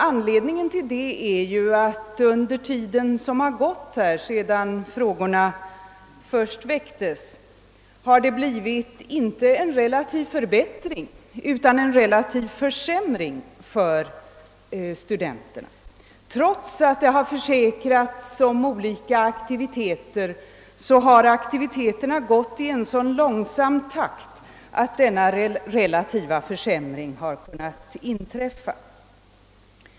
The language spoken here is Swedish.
Anledningen härtill är att det under den tid som har gått sedan frågorna först väcktes har inträtt inte en relativ förbättring utan en relativ försämring för studenterna. Trots att det har försäkrats om olika aktiviteter, har dessa aktiviteter gått i en så långsam takt att denna relativa försämring har kunnat inträffa.